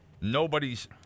nobody's